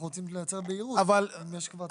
אנחנו רוצים לייצר בהירות, אם יש כבר כלל.